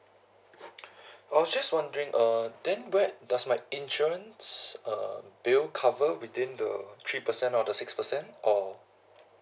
I was just wondering uh then where does my insurance uh bill cover within the three percent or the six percent or